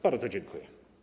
Bardzo dziękuję.